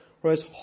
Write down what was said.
whereas